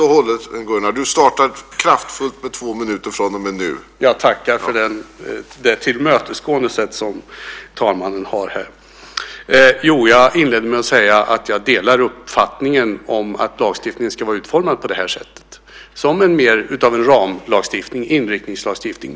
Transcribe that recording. Herr talman! Jag delar uppfattningen att lagstiftningen ska vara utformad på det här sättet, som en ramlagstiftning, inriktningslagstiftning.